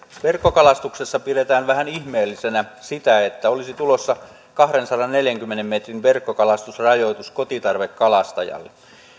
verkkokalastuksessa pidetään vähän ihmeellisenä sitä että olisi tulossa kahdensadanneljänkymmenen metrin verkkokalastusrajoitus kotitarvekalastajalle